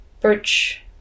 birch